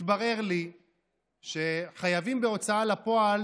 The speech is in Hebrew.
התברר לי שחייבים בהוצאה לפועל,